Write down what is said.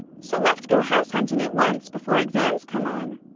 so let's go house-hunting at once, before exams come on.